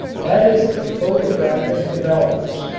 that is the photographic developers.